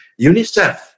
UNICEF